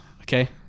Okay